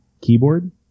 keyboard